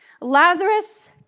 Lazarus